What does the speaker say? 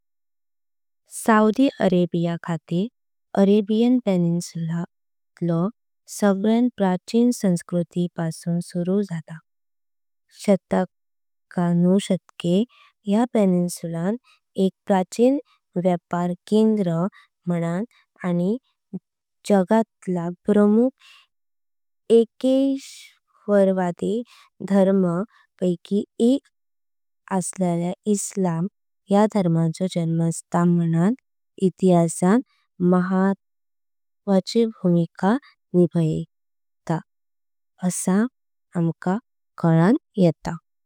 Saudi Arabia खातीर Arabian peninsula तळो। सगल्यां प्राचिन संस्कृती पासून सुरू जाला। शतकानुशतके या पेनिन्सुलान। एक प्राचीन व्यापार केंद्र म्हाणान आनी जगतला प्रमुख एकेश्वरवादी धर्मां पयकी एक। आसलल्या इस्लाम या धर्माचो। जन्मस्थान म्हाणान। इतिहासान महत्वाची भूमिका निभयता।